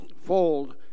fold